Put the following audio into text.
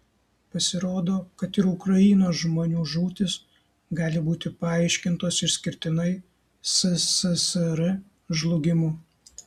pasirodo kad ir ukrainos žmonių žūtys gali būti paaiškintos išskirtinai sssr žlugimu